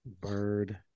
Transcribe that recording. Bird